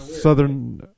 Southern